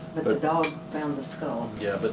the the dog found the skull. yeah, but